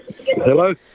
hello